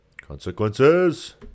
Consequences